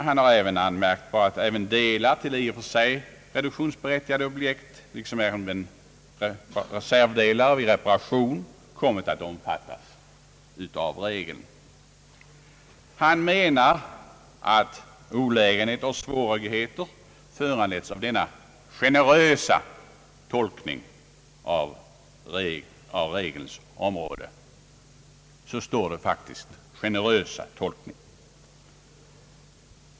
Han har vidare anmärkt på att även delar till i och för sig reduktionsberättigade objekt liksom även reservdelar vid reparation kommit att omfattas av regeln. Finansministern menar att olägenheter och svårigheter föranletts av denna generösa tolkning av regelns område. Det står faktiskt »generösa tolkning».